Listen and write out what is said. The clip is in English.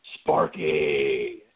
Sparky